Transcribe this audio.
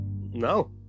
No